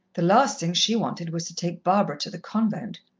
the last thing she wanted was to take barbara to the convent.